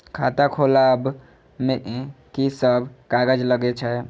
खाता खोलाअब में की सब कागज लगे छै?